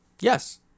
Yes